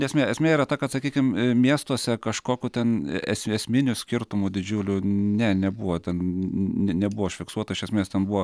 ne esmė esmė yra ta kad sakykim miestuose kažkokių ten es esminių skirtumų didžiulių ne nebuvo ten ne nebuvo užfiksuota iš esmės ten buvo